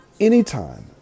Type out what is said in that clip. anytime